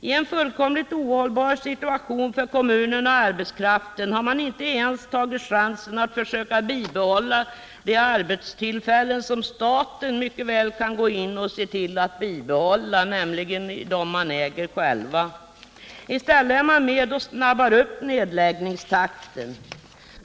I en för kommunen och arbetskraften fullkomligt ohållbar situation har regeringen inte ens tagit chansen att försöka bibehålla de arbetstillfällen som staten mycket väl skulle kunna medverka till att bibehålla, nämligen arbetstillfällen inom de företag som staten själv äger. I stället medverkar man till att öka nedläggningstakten.